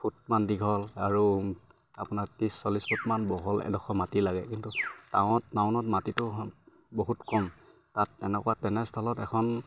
দীঘল আৰু আপোনাৰ ত্ৰিছ চল্লিছ ফুটমান বহল এডখৰ মাটি লাগে কিন্তু টাউনত টাউনত মাটিটো বহুত কম তাত এনেকুৱা তেনেস্থলত এখন